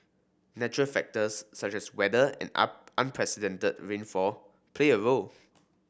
natural factors such as weather and unprecedented rainfall play a role